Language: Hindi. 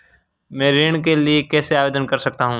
मैं ऋण के लिए कैसे आवेदन कर सकता हूं?